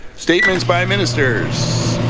statements by um ministers